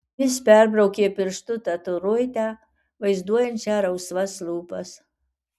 jis perbraukė pirštu tatuiruotę vaizduojančią rausvas lūpas